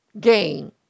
gain